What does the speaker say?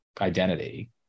identity